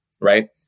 right